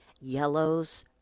yellows